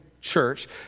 church